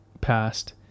passed